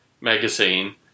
magazine